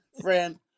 friend